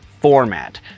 format